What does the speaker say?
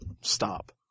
stop